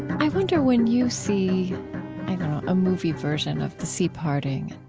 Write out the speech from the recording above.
i wonder when you see a movie version of the sea parting.